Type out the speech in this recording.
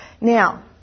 Now